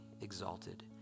exalted